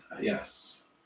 Yes